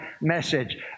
message